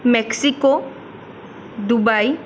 Mexico Dubai